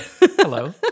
Hello